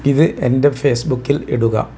ഇത് എൻ്റെ ഫേസ്ബുക്കിൽ ഇടുക